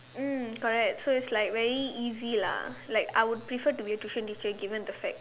mm correct so it's like very easy lah like I would prefer to be a tuition teacher given the fact